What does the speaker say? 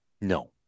No